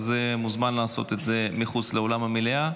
מוזמן לעשות את זה מחוץ לאולם המליאה,